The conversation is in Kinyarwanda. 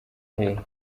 hehe